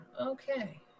Okay